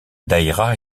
daïra